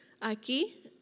Aquí